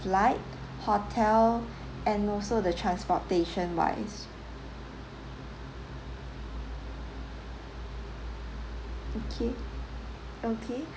flight hotel and also the transportation wise okay okay